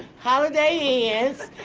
holiday inns,